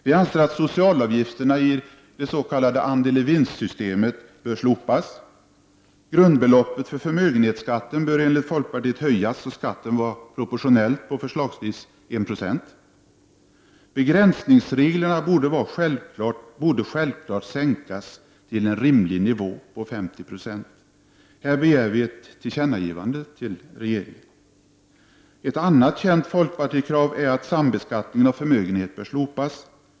Vi anser att socialavgifterna i ”andel-i-vinst-systemet” bör slopas. Grundbeloppet för förmögenhetsskatten bör enligt folkpartiet höjas och skatten vara proportionell, förslagsvis 1 90. Begränsningsreglerna borde självfallet sänkas till en rimlig nivå på 50 76. Här begär vi ett tillkännagivande till regeringen. Ett annat känt folkpartikrav är att sambeskattningen av förmögenhet bör slopas.